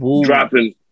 dropping